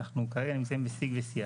אנחנו כרגע נמצאים בשיג ושיח.